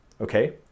Okay